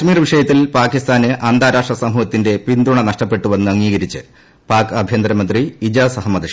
കശ്മീർവിഷയത്തിൽ പാകിസ്ഥാന് അന്താരാഷ്ട്ര സമൂഹത്തിന്റെ പിന്തുണ നഷ്ടപ്പെട്ടുവെന്ന് അംഗീകരിച്ച് പാക് ആഭ്യന്തരമന്ത്രി ഇജാസ് അഹമ്മദ് ഷാ